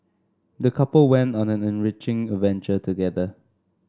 the couple went on an enriching adventure together